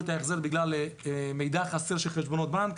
את ההחזר בגלל מידע חסר של חשבונות בנק.